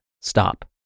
stop